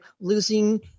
losing